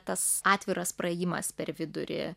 tas atviras praėjimas per vidurį